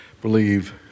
believe